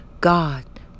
God